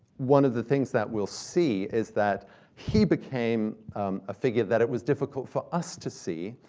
one of the things that we'll see is that he became a figure that it was difficult for us to see,